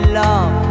love